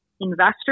investors